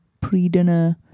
pre-dinner